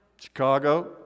Chicago